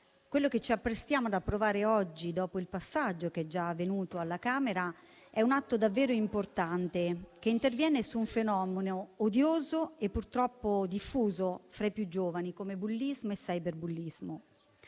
quello che ci apprestiamo ad approvare oggi, dopo il passaggio che è già avvenuto alla Camera, è un atto davvero importante che interviene su un fenomeno odioso e purtroppo diffuso fra i più giovani come il bullismo e il cyberbullismo.